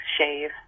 shave